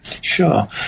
Sure